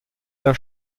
der